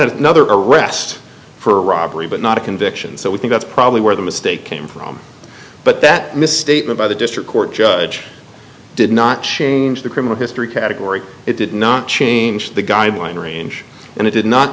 another arrest for robbery but not a conviction so we think that's probably where the mistake came from but that misstatement by the district court judge did not change the criminal history category it did not change the guideline range and it did not